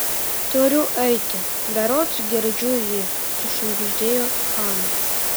turiu eiti berods girdžiu jį sušnibždėjo hana